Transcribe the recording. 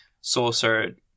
saucer